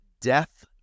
death